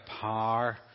power